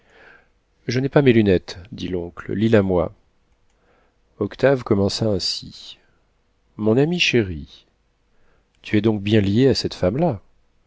je n'ai pas mes lunettes dit l'oncle lis la moi octave commença ainsi mon ami chéri tu es donc bien lié avec cette femme-là